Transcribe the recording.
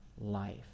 life